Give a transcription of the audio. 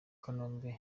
kanombe